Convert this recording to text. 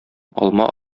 алма